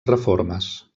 reformes